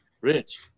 Rich